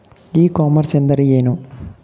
E commerce ಎಂದರೆ ಏನು?